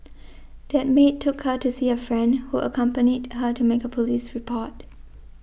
that maid took her to see a friend who accompanied her to make a police report